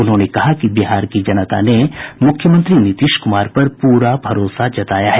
उन्होंने कहा कि बिहार की जनता ने मुख्यमंत्री नीतीश कुमार पर प्ररा भरोसा जताया है